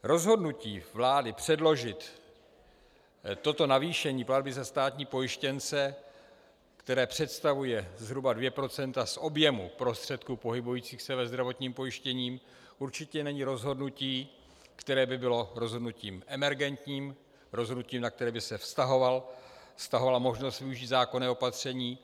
Rozhodnutí vlády předložit toto navýšení platby za státní pojištěnce, které představuje zhruba 2 % z objemu prostředků pohybujících se ve zdravotním pojištění, určitě není rozhodnutí, které by bylo rozhodnutím emergentním, rozhodnutím, na které by se vztahovala možnost využít zákonné opatření.